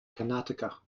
karnataka